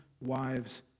wives